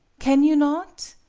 can you not?